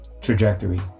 trajectory